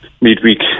midweek